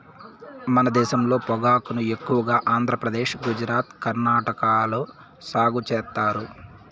మన దేశంలో పొగాకును ఎక్కువగా ఆంధ్రప్రదేశ్, గుజరాత్, కర్ణాటక లో సాగు చేత్తారు